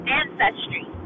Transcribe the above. ancestry